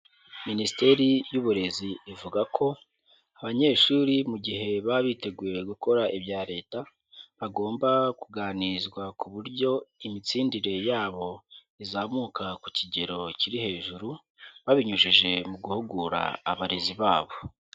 Minisiteri y'uburezi ivuga ko abanyeshuri mu gihe baba biteguye gukora ibya leta; bagomba kuganizwa ku buryo imitsindire yabo izamuka ku kigero kiri hejuru babinyujije mu guhugura abarezi babo.